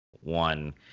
One